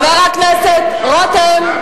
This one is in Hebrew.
חבר הכנסת רותם.